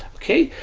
okay?